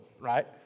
right